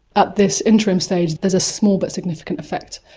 at this interim stage there's a small but significant effect.